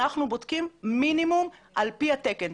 אנחנו בודקים מינימום על פי התקן.